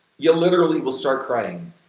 you literally will start crying.